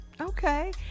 Okay